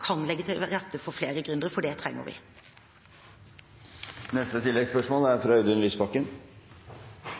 kan legge til rette for flere gründere, for det trenger vi. Audun Lysbakken – til oppfølgingsspørsmål. Regjeringen er